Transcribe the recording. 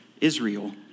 Israel